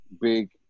big